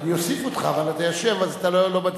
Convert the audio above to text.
אני אוסיף אותך, אבל אתה יושב, אז אתה לא מצביע.